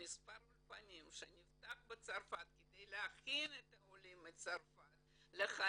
שמספר האולפנים שנפתח בצרפת כדי להכין את העולים לחיים